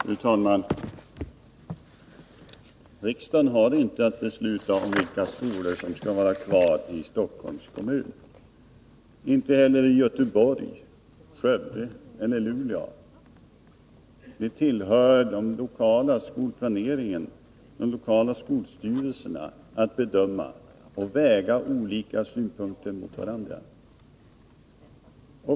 Fru talman! Riksdagen har inte att besluta om vilka skolor som skall vara kvar i Stockholms kommun, inte heller i Göteborg, Skövde eller Luleå. Det tillhör de lokala skolstyrelserna att bedöma och väga olika synpunkter mot varandra.